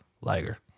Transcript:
Liger